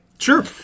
Sure